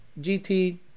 GT